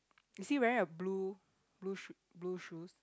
is he wearing a blue blue shoe blue shoes